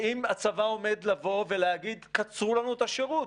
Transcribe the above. האם הצבא עומד לבוא ולהגיד: קצרו לנו את השירות,